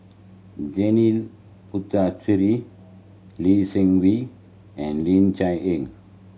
Janil Puthucheary Lee Seng Wee and Ling Cher Eng